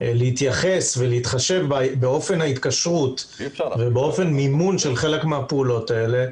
להתייחס ולהתחשב באופן ההתקשרות ובאופן מימון של חלק מן הפעולות האלה,